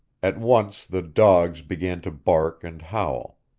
at once the dogs began to bark and howl,